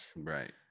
Right